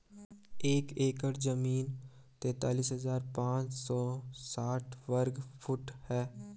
एक एकड़ जमीन तैंतालीस हजार पांच सौ साठ वर्ग फुट है